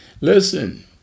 Listen